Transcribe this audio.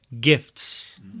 gifts